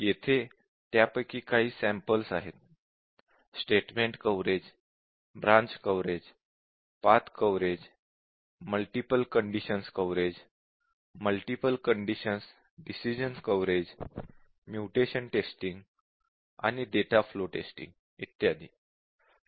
येथे त्यापैकी काही सॅम्पल आहेत statement coverage branch coverage path coverage multiple conditions coverage multiple conditions decision coverage multiple condition decision coverage mutation testing आणि data flow testing इत्यादी